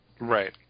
Right